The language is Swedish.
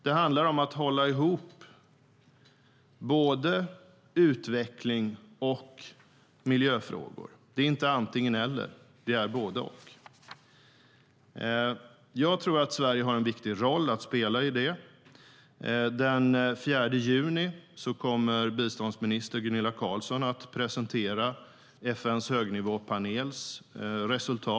Det handlar om att hålla ihop utvecklingsfrågor och miljöfrågor. Det är inte antingen eller, utan både och. Jag tror att Sverige har en viktig roll att spela. Den 4 juni kommer biståndsminister Gunilla Carlsson att presentera FN:s högnivåpanels resultat.